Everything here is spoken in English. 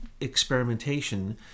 experimentation